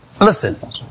Listen